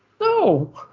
No